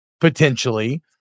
potentially